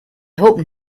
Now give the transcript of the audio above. hope